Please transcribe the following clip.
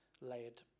layered